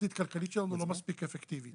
חברתית-כלכלית שלנו לא מספיק אפקטיבית.